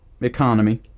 economy